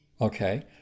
Okay